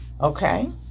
Okay